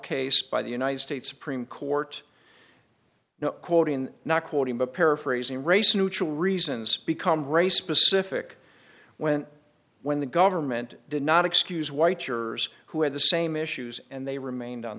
case by the united states supreme court now quoting not quoting the paraphrasing race neutral reasons become race specific when when the government did not excuse white yours who had the same issues and they remained on